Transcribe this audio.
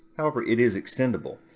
however, it is extendable.